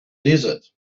desert